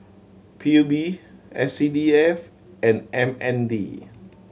P U B S C D F and M N D